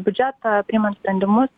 biudžetą priimant sprendimus